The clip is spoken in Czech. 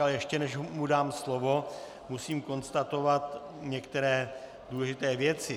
Ale ještě než mu dám slovo, musím konstatovat některé důležité věci.